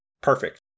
Perfect